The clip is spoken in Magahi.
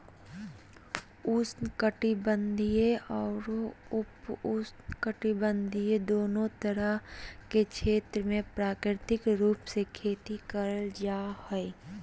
उष्ण कटिबंधीय अउर उपोष्णकटिबंध दोनो तरह के क्षेत्र मे प्राकृतिक रूप से खेती करल जा हई